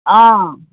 অ'